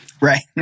Right